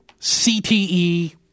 cte